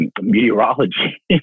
meteorology